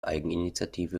eigeninitiative